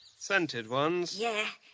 scented ones? yeah,